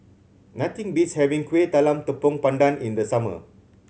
nothing beats having Kueh Talam Tepong Pandan in the summer